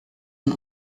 man